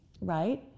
right